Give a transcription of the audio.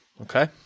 Okay